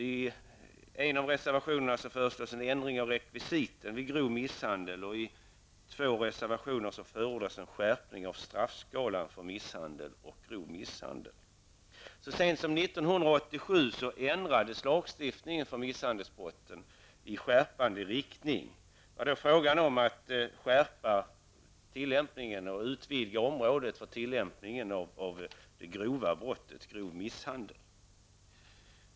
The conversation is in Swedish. I en av dessa reservationer föreslås en ändring av rekvisiten vid grov misshandel, och i de två övriga reservationerna förordas en skärpning av straffskalan för misshandel och grov misshandel. Så sent som 1987 ändrades lagen för misshandelsbrotten i skärpande riktning. Det var fråga om att skärpa tillämpningen och utvidga området för vad som kunde betecknas som grov misshandel.